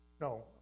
No